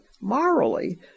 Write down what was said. morally